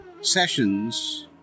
sessions